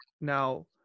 now